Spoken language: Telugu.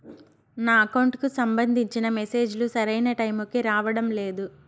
నా అకౌంట్ కు సంబంధించిన మెసేజ్ లు సరైన టైము కి రావడం లేదు